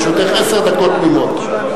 לרשותך עשר דקות תמימות.